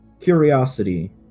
Curiosity